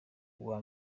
uwa